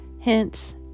Hence